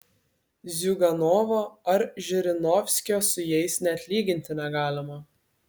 ziuganovo ar žirinovskio su jais net lyginti negalima